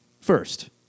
first